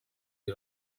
iyi